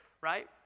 right